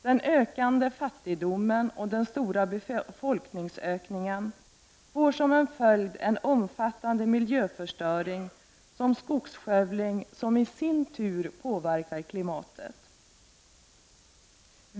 Den ökande fattigdomen och den stora befolkningsökningen får som följd en omfattande miljöförstöring, såsom skogsskövling, vilket i sin tur påverkar klimatet.